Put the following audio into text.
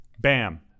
Bam